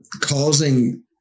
causing